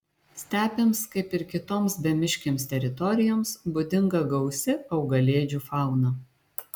stepėms kaip ir kitoms bemiškėms teritorijoms būdinga gausi augalėdžių fauna